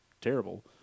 terrible